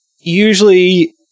usually